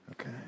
Okay